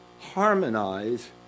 harmonize